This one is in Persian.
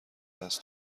است